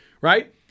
right